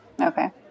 Okay